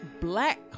Black